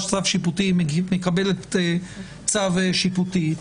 צו שיפוטי היא מקבלת את צו שיפוטי.